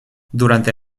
durante